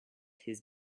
his